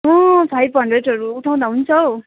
अँ फाइभ हन्ड्रेडहरू उठाउँदा हुन्छ हो